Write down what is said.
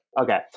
Okay